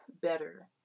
better